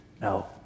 No